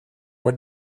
what